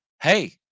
hey